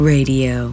Radio